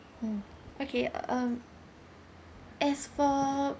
mm okay um as for